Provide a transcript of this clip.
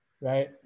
Right